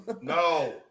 No